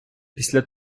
після